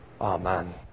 Amen